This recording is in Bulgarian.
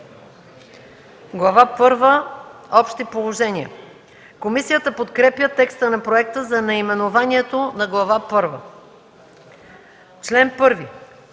първа – „Общи положения”. Комисията подкрепя текста на проекта за наименованието на Глава първа.